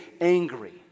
angry